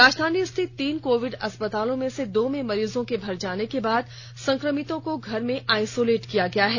राजधानी स्थित तीन कोविड अस्पतालों में से दो में मरीजों के भर जाने के बाद संक्रमितों को घर में आईसोलेट किया गया है